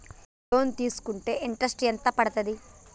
Loan తీస్కుంటే interest ఎంత పడ్తది?